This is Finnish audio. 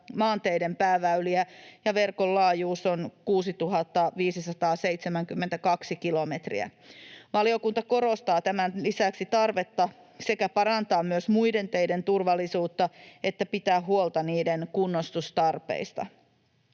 maanteiden pääväyliä ja verkon laajuus on 6 572 kilometriä. Valiokunta korostaa tämän lisäksi tarvetta sekä parantaa myös muiden teiden turvallisuutta että pitää huolta niiden kunnostustarpeista.